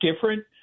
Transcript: different